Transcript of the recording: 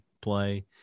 play